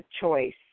choice